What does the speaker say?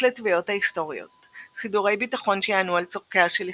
לתביעות ההיסטוריות; סידורי ביטחון שיענו על צורכיה של ישראל.